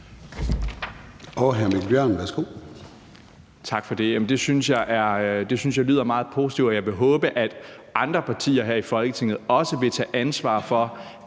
16:20 Mikkel Bjørn (DF): Tak for det. Det synes jeg lyder meget positivt, og jeg vil håbe, at andre partier her i Folketinget vil tage ansvar for,